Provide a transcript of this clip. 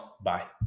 Bye